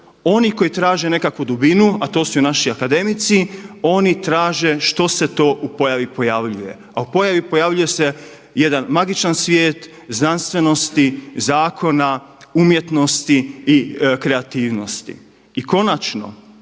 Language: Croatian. Oni koji traže nekakvu dubinu, a to su i naši akademici, oni traže što se to u pojavi pojavljuje. A u pojavi pojavljuje se jedan magičan svijet znanstvenosti, zakona, umjetnosti i kreativnosti. I konačno,